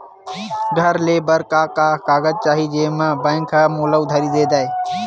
घर ले बर का का कागज चाही जेम मा बैंक हा मोला उधारी दे दय?